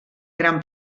gran